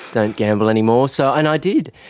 don't gamble anymore, so and i did.